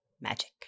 magic